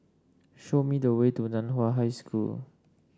show me the way to Nan Hua High School